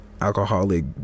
alcoholic